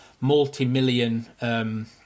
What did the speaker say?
multi-million